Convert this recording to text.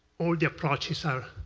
all the approaches are